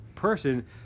person